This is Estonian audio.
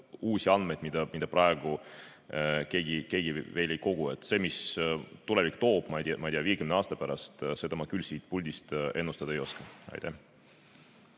uusi andmeid, mida praegu keegi veel ei kogu. Seda, mis tulevik toob, ma ei tea, 50 aasta pärast, ma küll siit puldist ennustada ei oska. Aitäh!